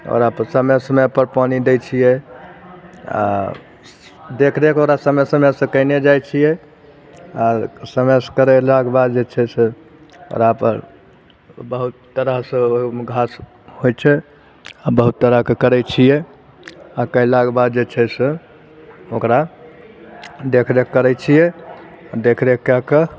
ओकरापर समय समयपर पानि दै छियै आ देखरेख ओकरा समय समयसॅं कयने जाइ छियै आर समयसॅं कयलाके बाद जे छै से ओकरापर बहुत तरहसॅं ओहुमे घास होइ छै आ बहुत तरहके करै छियै आ कयलाके बाद जे छै से ओकरा देखरेख करै छियै आ देखरेख कयकऽ